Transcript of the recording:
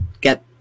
get